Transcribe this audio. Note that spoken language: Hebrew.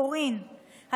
קורין,